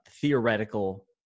theoretical